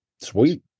sweet